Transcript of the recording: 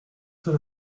très